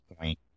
point